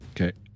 Okay